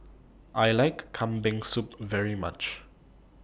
I like Kambing Soup very much